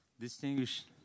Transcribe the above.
distinguished